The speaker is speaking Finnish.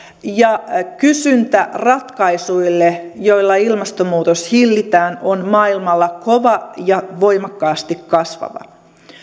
ja kysyntä ratkaisuille joilla ilmastonmuutos hillitään on maailmalla kova ja voimakkaasti kasvava